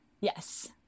Yes